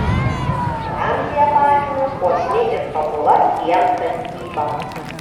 ramzį apakino puošni ir tobula sienų tapyba